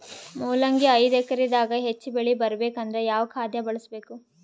ಮೊಲಂಗಿ ಐದು ಎಕರೆ ದಾಗ ಹೆಚ್ಚ ಬೆಳಿ ಬರಬೇಕು ಅಂದರ ಯಾವ ಖಾದ್ಯ ಬಳಸಬೇಕು?